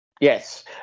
Yes